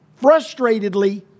frustratedly